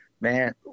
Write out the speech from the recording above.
man